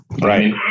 right